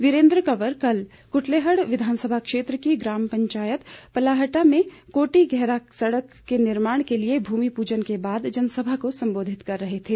वीरेन्द्र कंवर कल कुटलैहड़ विधानसभा क्षेत्र की ग्राम पंचायत पलाहटा में कोठी गैहरा सड़क के निर्माण के लिए भूमि पूजन के बाद जनसभा को संबोधित कर रहे थे